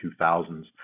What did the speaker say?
2000s